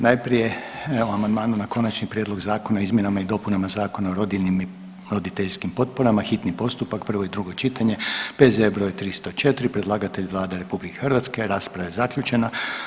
Najprije o amandmanu na Konačni prijedlog zakona o izmjenama i dopunama Zakona o rodiljnim i roditeljskim potporama, hitni postupak, prvo i drugo čitanje, P.Z. br. 304, predlagatelj Vlada RH, rasprava je zaključena.